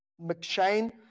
McShane